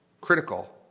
critical